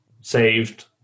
saved